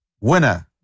winner